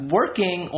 working